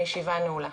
הישיבה נעולה.